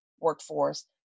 workforce